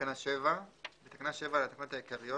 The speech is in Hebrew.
תקנה 7 10. בתקנה 7 לתקנות העיקריות